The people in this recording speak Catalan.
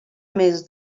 més